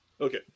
Okay